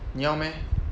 你要 meh